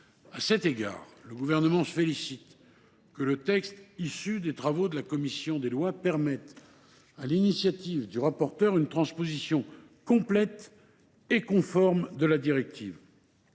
À cet égard, le Gouvernement se félicite que le texte issu des travaux de la commission emporte, sur l’initiative de son rapporteur, une transposition complète et conforme de la directive.